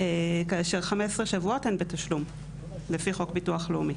כאשר 15 שבועות הן בתשלום לפי חוק ביטוח לאומי.